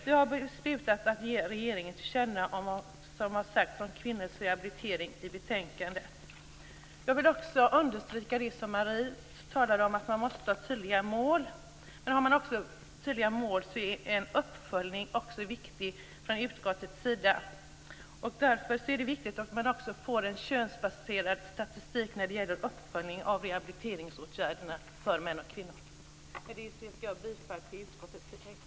Vi har beslutat att ge regeringen till känna vad som har sagts om kvinnors rehabilitering i betänkandet. Jag vill också understryka det som Marie Engström tidigare sade om att man måste ha tydliga mål. Har man sådana tydliga mål är det också viktigt med en uppföljning från utskottets sida. Därför är det angeläget att få en könsbaserad statistik för uppföljning av rehabiliteringsåtgärderna för män och kvinnor. Med detta yrkar jag bifall till utskottets hemställan.